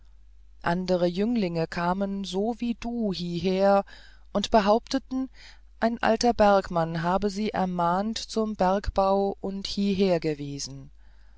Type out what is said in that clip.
andere jünglinge kamen so wie du hieher und behaupteten ein alter bergmann habe sie ermahnt zum bergbau und